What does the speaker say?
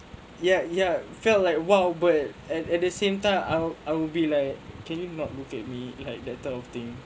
ya ya felt like !wow! but at at the same time I will be like can you not look at me like that type of thing